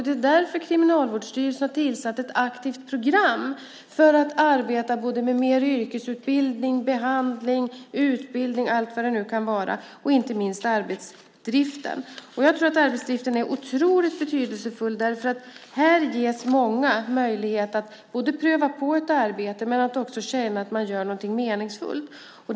Det är därför Kriminalvårdsstyrelsen har tillsatt ett aktivt program för att arbeta både med mer yrkesutbildning, behandling, utbildning och vad det nu kan vara - inte minst arbetsdriften. Jag tror att arbetsdriften är otroligt betydelsefull, för där ges många möjlighet att pröva på ett arbete och att känna att man gör någonting meningsfullt.